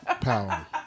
power